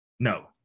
no